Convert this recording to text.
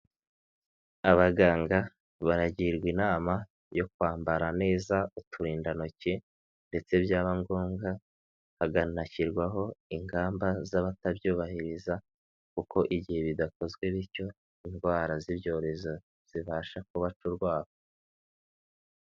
Abaganga baragirwa inama yo kwambara neza uturindantoki ndetse byaba ngombwa hakanashyirwaho ingamba z'abatabyubahiriza kuko igihe bidakozwe bityo indwara z'ibyorezo zibasha kubaca urwara.